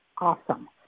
awesome